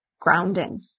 grounding